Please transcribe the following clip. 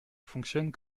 fonctionne